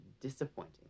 Disappointing